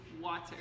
water